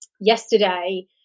yesterday